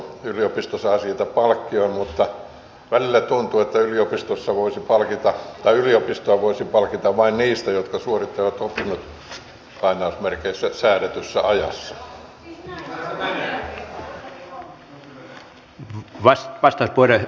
yliopisto saa siitä palkkion mutta välillä tuntuu että yliopistoa voisi palkita vain niistä jotka suorittavat opinnot säädetyssä ajassa